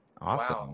Awesome